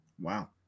Wow